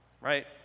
right